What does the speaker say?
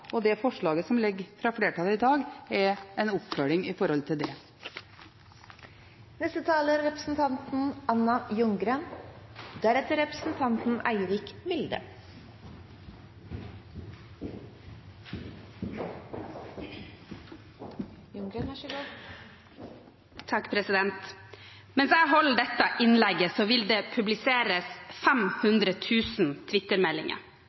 Det forslaget som foreligger fra flertallet i dag, er en oppfølging med hensyn til dette. Mens jeg holder dette innlegget, vil det